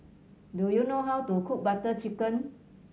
do you know how to cook Butter Chicken